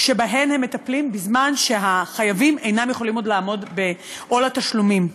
שבהם הם מטפלים בזמן שהחייבים אינם יכולים עוד לעמוד בעול התשלומים.